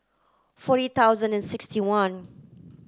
forty thousand and sixty one